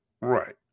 Right